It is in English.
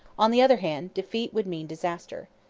on the other hand, defeat would mean disaster.